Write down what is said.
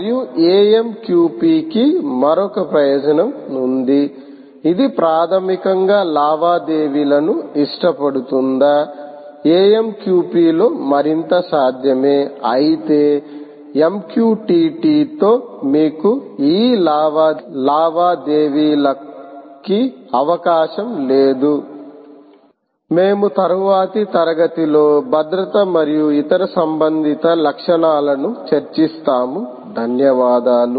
మరియు AMQP కి మరొక ప్రయోజనం ఉంది ఇది ప్రాథమికంగా లావాదేవీలను ఇష్టపడుతుంద AMQP లో మరింత సాధ్యమే అయితే MQTT తో మీకు ఈ లావాదేవీలకి అవకాశం లేదు మేము తరువాతి తరగతిలో భద్రత మరియు ఇతర సంబంధిత లక్షణాలను చర్చిస్తాము ధన్యవాదాలు